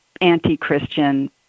anti-Christian